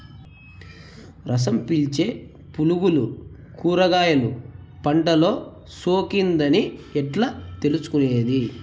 రసం పీల్చే పులుగులు కూరగాయలు పంటలో సోకింది అని ఎట్లా తెలుసుకునేది?